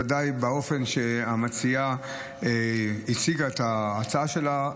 ודאי באופן שבו המציעה הציגה את ההצעה שלה,